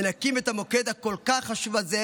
ונקים את המוקד הכל-כך חשוב הזה,